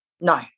No